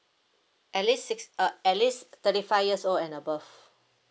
at least six uh at least thirty five years old and above